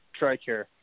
TRICARE